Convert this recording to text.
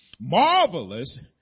marvelous